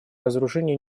разоружению